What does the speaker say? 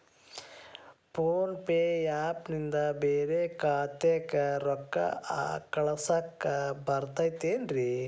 Phone pay app ನಿಂದ ಬ್ಯಾರೆ ಖಾತೆಕ್ ರೊಕ್ಕಾ ಕಳಸಾಕ್ ಬರತೈತೇನ್ರೇ?